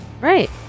right